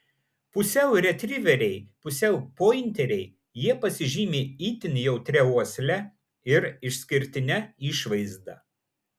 pusiau retriveriai pusiau pointeriai jie pasižymi itin jautria uosle ir išskirtine išvaizda